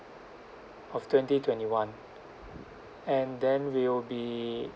of twenty twenty one and then we will be